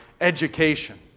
education